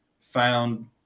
found